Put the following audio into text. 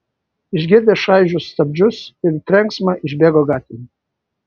išgirdę čaižius stabdžius ir trenksmą išbėgo gatvėn